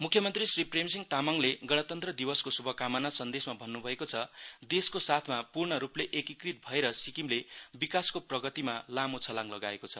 मुख्यमन्त्री श्री प्रेमसिंह तामाङले गणतन्त्र दिवसको शुभकामना संदेशमा भन्नभएको छ देशको साथमा पूर्णरुपले एकीकृत भएर सिक्किमले विकासको प्रगतिमा लामो छलाङ लगाएको छ